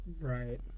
Right